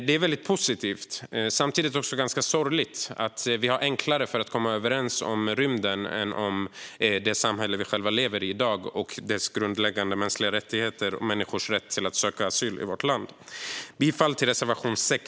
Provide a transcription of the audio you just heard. Det är positivt men samtidigt ganska sorgligt att vi har lättare att komma överens om rymden än om det samhälle vi i dag själva lever i, dess grundläggande mänskliga rättigheter och människors rätt att söka asyl i vårt land. Jag yrkar bifall till reservation 6.